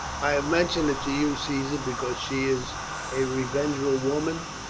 i have mentioned it to you, caesar, because she is a revengeful woman,